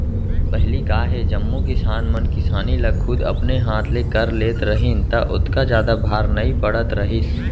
पहिली का हे जम्मो किसान मन किसानी ल खुद अपने हाथ ले कर लेत रहिन त ओतका जादा भार नइ पड़त रहिस